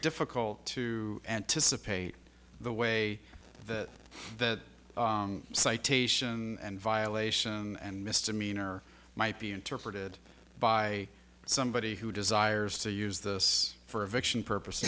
difficult to anticipate the way that that citation and violation and misdemeanor might be interpreted by somebody who desires to use this for